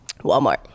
Walmart